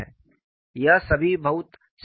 ये सभी बहुत स्टैण्डर्ड क्वान्टिटीज़ हैं